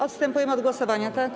Odstępujemy od głosowania, tak?